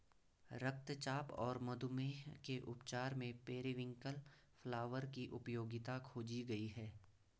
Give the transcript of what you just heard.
रक्तचाप और मधुमेह के उपचार में पेरीविंकल फ्लावर की उपयोगिता खोजी गई है